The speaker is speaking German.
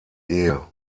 ehe